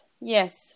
Yes